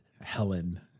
Helen